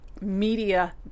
media